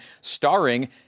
starring